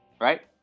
right